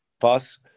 pass